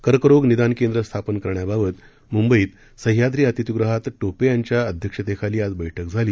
कर्करोग निदान केंद्र स्थापन करण्याबाबत मुंबईत सह्याद्री अतिथीगृहात टोपे यांच्या अध्यक्षतेखाली आज बळि झाली